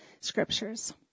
scriptures